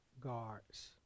guards